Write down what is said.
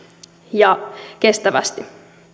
ja kestävästi